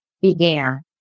began